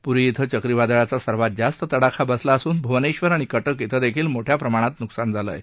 पुरी क्विं चक्रीवादळाचा सर्वात जास्त तडाखा बसला असून भुवनेश्वर आणि कटक श्वे देखील मोठ्या प्रमाणात नुकसान झालं आहे